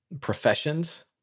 professions